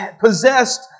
possessed